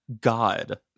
God